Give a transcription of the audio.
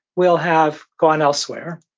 will have gone elsewhere.